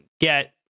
get